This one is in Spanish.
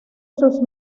sus